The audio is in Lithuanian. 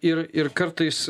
ir ir kartais